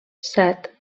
set